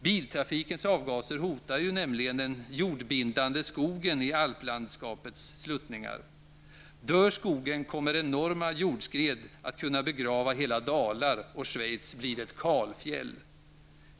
Biltrafikens avgaser hotar nämligen den jordbindande skogen i alplandskapets sluttningar. Dör skogen kommer enorma jordskred att kunna begrava hela dalar, och Schweiz blir ett kalfjäll.